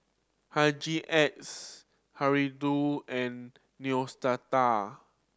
Hygin X Hirudoid and Neostrata